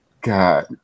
God